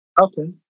Okay